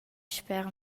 sper